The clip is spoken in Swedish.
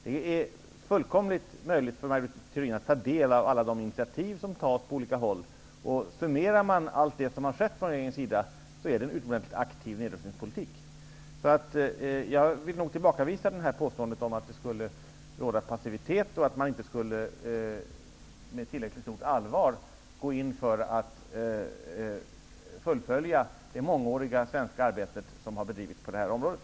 Det är fullkomligt möjligt för Maj Britt Theorin att ta del av alla de initiativ som tas på olika håll. Summerar man allt det som regeringen har åstadkommit är det en utmärkt aktiv nedrustningspolitik. Jag vill tillbakavisa påståendet att det skulle råda passivitet och att man inte med tillräckligt stort allvar skulle gå in för att fullfölja det mångåriga svenska arbete som har bedrivits på det här området.